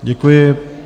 Děkuji.